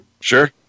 Sure